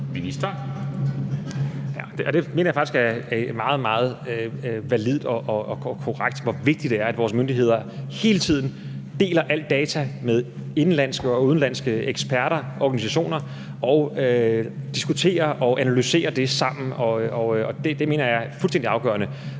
Jeg mener faktisk, det er meget, meget validt og korrekt at sige, at det er vigtigt, at vores myndigheder hele tiden deler al data med indenlandske og udenlandske eksperter og organisationer og diskuterer og analyserer det sammen. Det mener jeg er fuldstændig afgørende.